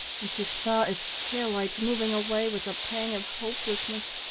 and she saw its tail lights moving away with a pang of hopelessness.